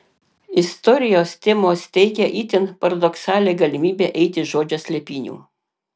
istorijos temos teikė itin paradoksalią galimybę eiti žodžio slėpynių